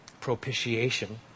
propitiation